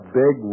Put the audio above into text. big